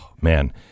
Man